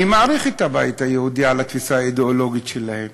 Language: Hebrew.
אני מעריך את הבית היהודי על התפיסה האידיאולוגית שלהם.